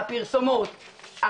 הפרסומות,